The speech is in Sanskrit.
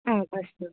आम् अस्तु